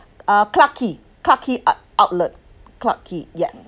uh clarke quay clarke quay outlet clarke quay yes